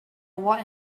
what